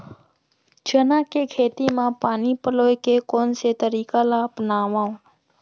चना के खेती म पानी पलोय के कोन से तरीका ला अपनावव?